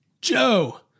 Joe